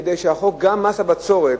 כדי שגם מס הבצורת,